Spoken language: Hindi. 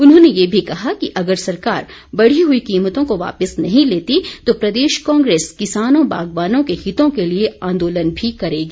उन्होंने ये भी कहा कि अगर सरकार बढ़ी हुई कीमतों को वापिस नहीं लेती तो प्रदेश कांग्रेस किसानों बागवानों के हितों के लिए आंदोलन भी करेगी